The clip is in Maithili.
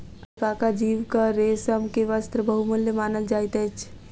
अलपाका जीवक रेशम के वस्त्र बहुमूल्य मानल जाइत अछि